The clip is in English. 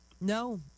No